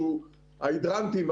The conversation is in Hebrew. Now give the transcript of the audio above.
ההידרנטים,